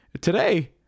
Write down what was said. today